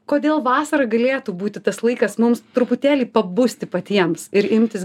kodėl vasarą galėtų būti tas laikas mums truputėlį pabusti patiems ir imtis